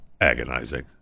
agonizing